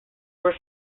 were